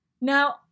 Now